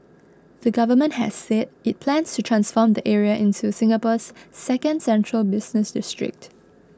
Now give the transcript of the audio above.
the government has said it plans to transform the area into Singapore's second central business district